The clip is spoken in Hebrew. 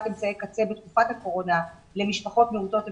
אמצעי קצה בתקופת הקורונה למשפחות מעוטות אמצעים,